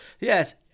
yes